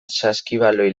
saskibaloi